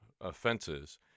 offenses